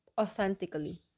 authentically